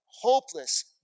hopeless